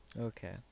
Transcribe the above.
okay